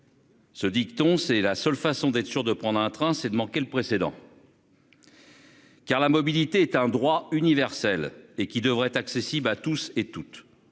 Ce dicton. C'est la seule façon d'être sûr de prendre un train c'est de manquer le précédent.-- Car la mobilité est un droit universel et qui devrait être accessible à tous et toutes.